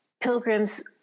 pilgrims